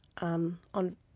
on